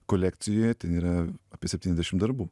kolekcijoje yra apie septyniasdešim darbų